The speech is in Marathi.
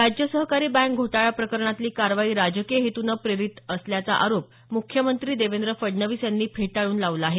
राज्य सहकारी बँक घोटाळा प्रकरणातली कारवाई राजकीय हेतूने प्रेरित असल्याचा आरोप मुख्यमंत्री देवेंद्र फडणवीस यांनी फेटाळून लावला आहे